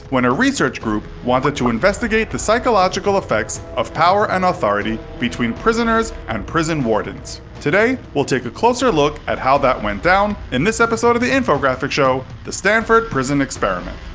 when a research group wanted to investigate the psychological effects of power and authority between prisoners and prison wardens. today, we'll take a closer look at how that went down, in this episode of the infographics show the stanford prison experiment.